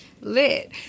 Lit